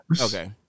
Okay